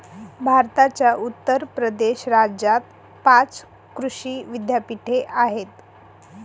भारताच्या उत्तर प्रदेश राज्यात पाच कृषी विद्यापीठे आहेत